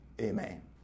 Amen